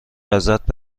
ازت